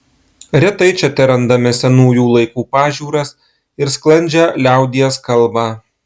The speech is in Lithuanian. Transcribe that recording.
retai čia terandame senųjų laikų pažiūras ir sklandžią liaudies kalbą